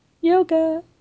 Yoga